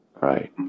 right